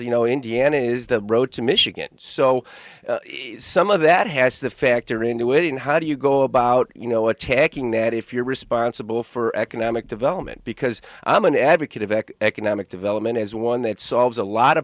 you know indiana is the road to michigan so some of that has to factor in there waiting how do you go about you know attacking that if you're responsible for economic development because i'm an advocate of economic development as one that solves a lot of